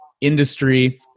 industry